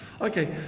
Okay